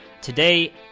Today